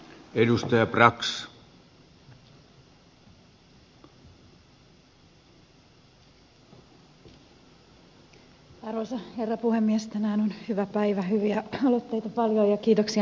tänään on hyvä päivä hyviä aloitteita paljon